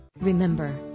Remember